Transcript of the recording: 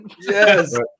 Yes